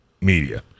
media